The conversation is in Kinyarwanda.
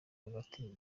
hagati